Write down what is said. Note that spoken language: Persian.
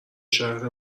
شهر